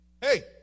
Hey